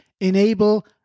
enable